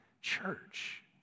church